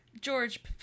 George